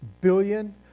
billion